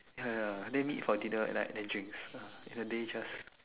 ya ya then meet for dinner at like then drinks the day just